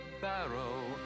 barrow